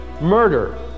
Murder